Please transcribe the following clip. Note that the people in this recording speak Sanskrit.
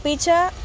अपि च